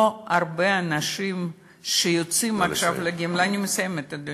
לא הרבה אנשים שיוצאים עכשיו לגמלאות, נא לסיים.